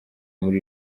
muri